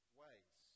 ways